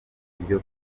ibyo